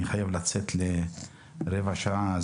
אני חייב לצאת לרבע שעה.